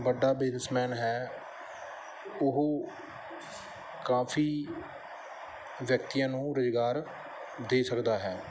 ਵੱਡਾ ਬਿਜ਼ਨਸਮੈਨ ਹੈ ਉਹ ਕਾਫੀ ਵਿਅਕਤੀਆਂ ਨੂੰ ਰੁਜ਼ਗਾਰ ਦੇ ਸਕਦਾ ਹੈ